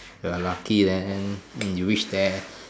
you're lucky then you reach there